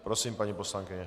Prosím, paní poslankyně.